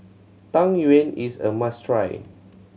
Tang Yuen is a must try